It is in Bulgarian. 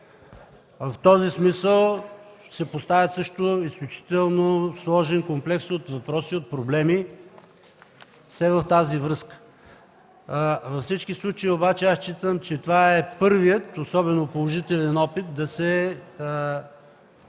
В този смисъл се поставя също изключително сложен комплекс от въпроси и проблеми, все в тази връзка. Във всички случаи обаче аз считам, че това е първият положителен опит да се